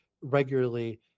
regularly